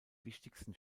wichtigsten